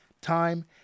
time